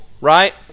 right